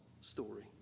story